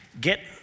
Get